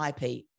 IP